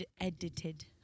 edited